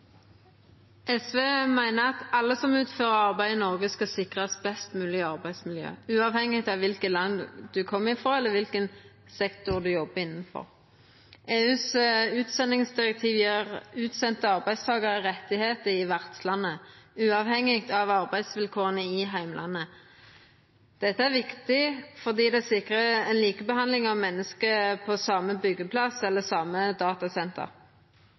kva land ein kjem frå, eller kva sektor ein jobbar i. EUs utsendingsdirektiv gjev utsende arbeidstakarar rettar i vertslandet, uavhengig av arbeidsvilkåra i heimlandet. Dette er viktig fordi det sikrar likebehandling av menneske på same byggeplass eller same datasenter.